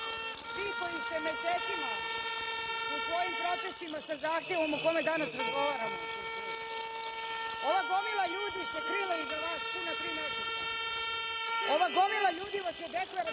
vi koji ste mesecima na svojim protestima sa zahtevom o kome danas razgovaramo, ova gomila ljudi se krila iza vas puna tri meseca, ova gomila ljudi vas je deklarativno